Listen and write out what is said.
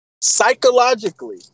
Psychologically